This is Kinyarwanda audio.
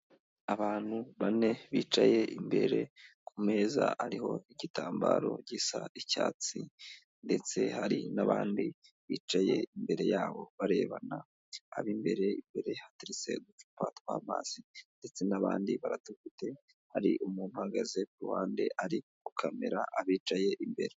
Abantu bane bicaye imbere ku meza hariho igitambaro gisa icyatsi, ndetse hari n'abandi bicaye imbere yabo barebana, ab'imbere imbere hateretse uducupa tw'amazi, ndetse n'abandi baradufite, hari umuntu uhagaze ku ruhande ari gu kamera abicaye imbere.